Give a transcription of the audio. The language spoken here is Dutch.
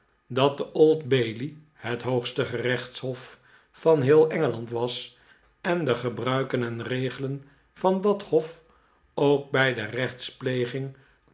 dat de old-bailey het hoo'gste gerechtshof van geheel engeland was en de gebruiken en regelen van dat hof ook bij de